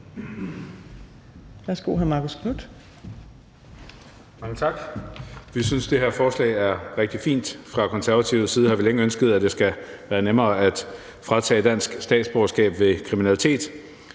(Ordfører) Marcus Knuth (KF): Mange tak. Vi synes, det her forslag er rigtig fint. Fra Konservatives side har vi længe ønsket, at det skal være nemmere at fratage folk dansk statsborgerskab ved kriminalitet.